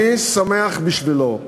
אני שמח בשבילו.